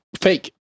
fake